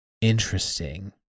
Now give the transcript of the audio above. Interesting